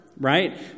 right